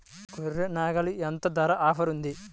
గొర్రె, నాగలికి ఎంత ధర ఆఫర్ ఉంది?